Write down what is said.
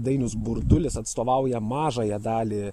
dainius burdulis atstovauja mažąją dalį